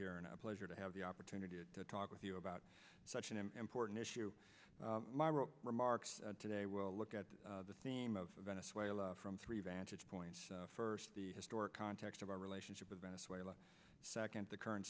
i pleasure to have the opportunity to talk with you about such an important issue my remarks today will look at the theme of venezuela from three vantage points first the historic context of our relationship with venezuela second the current